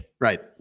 Right